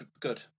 Good